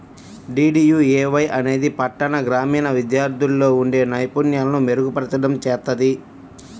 DDUAY అనేది పట్టణ, గ్రామీణ విద్యార్థుల్లో ఉండే నైపుణ్యాలను మెరుగుపర్చడం చేత్తది